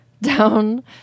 down